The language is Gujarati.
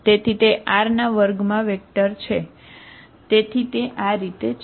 તેથી તે R2 માં વેક્ટર છે તેથી તે આ રીતે છે